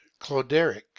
cloderic